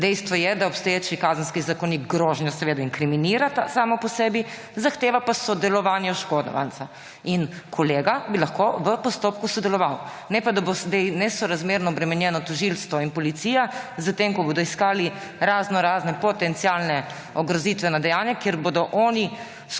Dejstvo je, da obstoječi kazenski zakonik grožnjo inkriminira samo po sebi, zahteva pa sodelovanje oškodovanca. Kolega bi lahko v postopku sodeloval. Ne pa, da bosta sedaj nesorazmerno obremenjena tožilstvo in policija, s tem ko bodo iskali razno razna potencialna ogrozitvena dejanja, kjer bodo oni